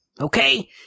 okay